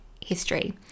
history